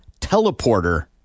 teleporter